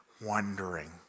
wondering